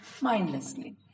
mindlessly